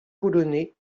polonais